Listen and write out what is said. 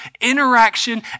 interaction